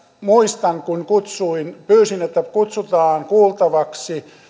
muistan kun siellä pyysin että kutsutaan kuultavaksi